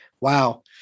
Wow